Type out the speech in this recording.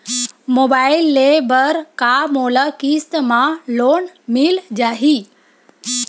Mobile ले बर का मोला किस्त मा लोन मिल जाही?